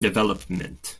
development